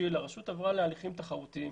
תחרותיים